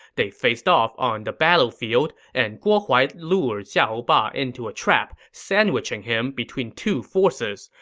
they faced off on the battlefield, and guo huai lured xiahou ba into a trap, sandwiching him between two forces.